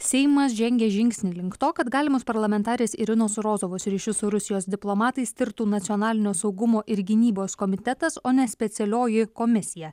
seimas žengė žingsnį link to kad galimos parlamentarės irinos rozovos ryšių su rusijos diplomatais tirtų nacionalinio saugumo ir gynybos komitetas o ne specialioji komisija